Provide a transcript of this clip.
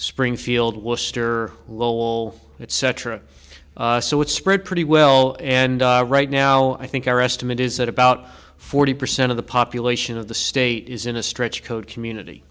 springfield will stir lol it cetera so it's spread pretty well and right now i think our estimate is that about forty percent of the population of the state is in a stretch coat community